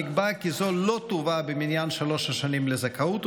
נקבע כי זו לא תובא במניין שלוש השנים לזכאות,